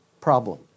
problem